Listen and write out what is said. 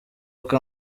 uko